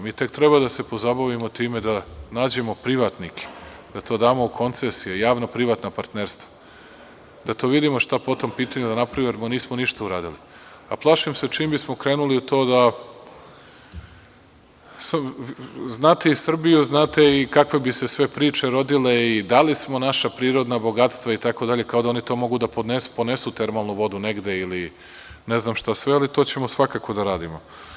Mi tek treba da se pozabavimo time da nađemo privatnike, da to damo u koncesije, javnoprivatna partnerstva, da vidimo šta po tom pitanju da napravimo jer nismo ništa uradili, a plašim se čim bismo krenuli u to da, znate i Srbiju, znate i kakve bi se sve priče rodile i dali smo naša prirodna bogatstva, kao da oni mogu da ponesu termalnu vodu negde ili ne znam šta sve, ali to ćemo svakako da radimo.